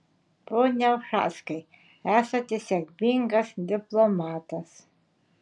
pone ušackai esate sėkmingas diplomatas